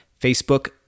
Facebook